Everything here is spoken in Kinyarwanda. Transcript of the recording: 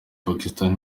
pakistan